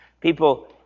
People